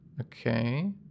Okay